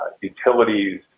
utilities